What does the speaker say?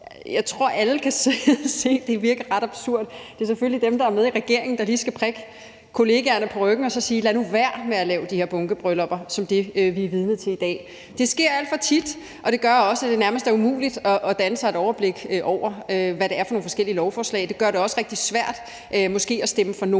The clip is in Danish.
Jeg tror, alle kan se, at det virker ret absurd. Det er selvfølgelig dem, der er med i regeringen, der lige skal prikke kollegaerne på ryggen og sige: Lad nu være med at lave de her bunkebryllupper som det, vi er vidne til i dag. Det sker alt for tit, og det gør også, at det nærmest er umuligt at danne sig et overblik over, hvad det er for nogle forskellige lovforslag. Det gør det også rigtig svært måske at stemme for nogle